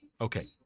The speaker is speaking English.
Okay